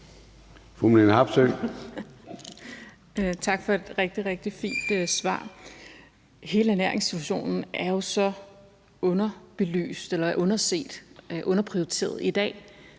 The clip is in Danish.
Marlene Harpsøe (DD): Tak for et rigtig, rigtig fint svar. Hele ernæringssituationen er jo så underprioriteret i dag,